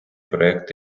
проект